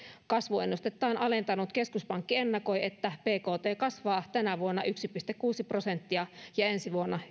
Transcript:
kasvuennustettaan alentanut keskuspankki ennakoi että bkt kasvaa tänä vuonna yksi pilkku kuusi prosenttia ja ensi vuonna